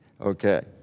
Okay